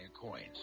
Coins